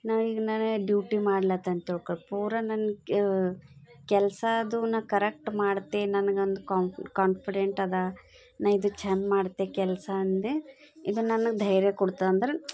ನಾನು ಈಗ ನನ್ಗೆ ಡ್ಯೂಟಿ ಮಾಡ್ಲಾತಂತ ತಿಳ್ಕೋರಿ ಪೂರ ನನ್ನ ಕೆಲಸ ಅದು ನಾನು ಕರೆಕ್ಟ್ ಮಾಡ್ತೀನಿ ನನ್ಗೊಂದು ಕಾನ್ಫಿಡೆಂಟದ ನಾನು ಇದು ಚೆಂದ ಮಾಡ್ತೆ ಕೆಲಸ ಅಂದೆ ಇದು ನನಗೆ ಧೈರ್ಯ ಕೊಡ್ತದಂದ್ರೆ